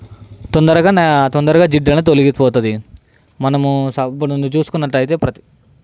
తొందరగా న తొందరగా జిడ్డు అనేది తొలగిపోతుంది మనము సబ్బును చూసుకున్నట్లయితే